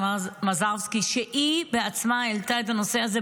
מזרסקי שהיא בעצמה העלתה את הנושא הזה,